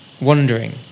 wondering